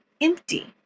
empty